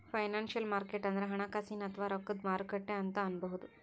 financial market ಅಂದ್ರ ಹಣಕಾಸಿನ್ ಅಥವಾ ರೊಕ್ಕದ್ ಮಾರುಕಟ್ಟೆ ಅಂತ್ ಅನ್ಬಹುದ್